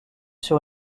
sur